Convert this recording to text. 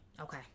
Okay